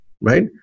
right